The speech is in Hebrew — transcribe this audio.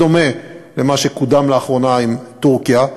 בדומה למה שקודם לאחרונה עם טורקיה,